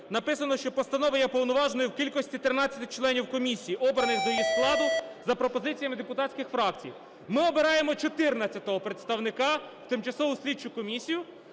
написано, що постанова є уповноваженою у кількості 13 членів комісії, обраних до її складу за пропозиціями депутатських фракцій. Ми обираємо 14-го представника в тимчасову слідчу комісію.